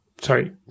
sorry